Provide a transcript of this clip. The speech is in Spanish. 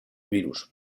virus